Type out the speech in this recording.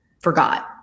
forgot